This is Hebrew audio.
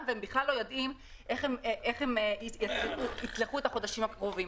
ובכלל לא יודעים איך הם יצלחו את החודשים הקרובים.